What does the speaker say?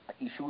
issues